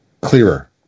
clearer